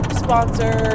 sponsor